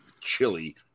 chili